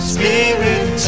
Spirit